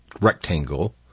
rectangle